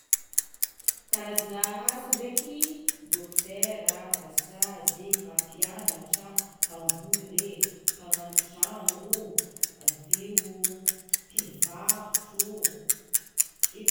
Karazagna asa ndraiky: doctera, rasazy, mpampianatra, mpamboly e, mpagnagno tragno aveo, mpivarotro aveke.